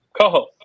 Coho